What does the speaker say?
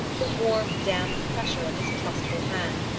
the warm damp pressure of his trustful hand.